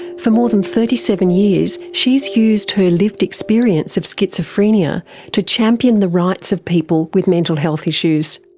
for more than thirty seven years she's used her lived experience of schizophrenia to champion the rights of people with mental health issues.